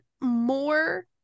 more